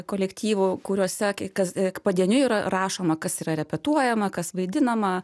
kolektyvų kuriuose kai kas padieniui yra rašoma kas yra repetuojama kas vaidinama